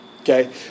Okay